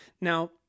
Now